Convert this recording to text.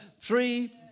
three